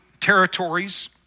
territories